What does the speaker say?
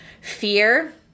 Fear